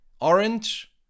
Orange